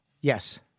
Yes